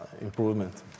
improvement